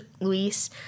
Luis